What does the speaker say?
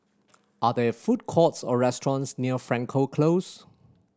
are there food courts or restaurants near Frankel Close